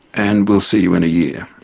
and we'll see you in a year.